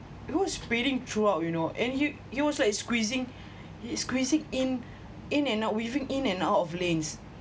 he was speeding throughout you know and he he was like squeezing he is squeezing in in and out weaving in and out of lanes